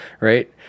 right